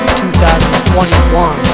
2021